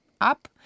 up